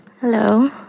Hello